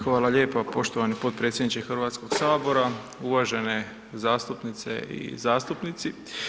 Hvala lijepo poštovani potpredsjedniče Hrvatskog sabora, uvažene zastupnice i zastupnici.